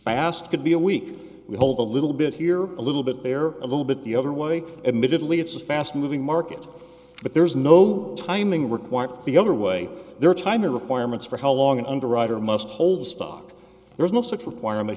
fast could be a week we hold a little bit here a little bit there a little bit the other way admittedly it's a fast moving market but there's no timing required the other way there are timing requirements for how long an underwriter must hold stock there is no such requirement